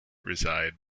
reside